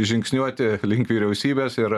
žingsniuoti link vyriausybės ir